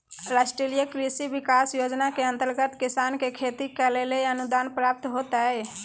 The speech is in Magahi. राष्ट्रीय कृषि विकास योजना के अंतर्गत किसान के खेती करैले अनुदान प्राप्त होतय